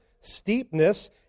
steepness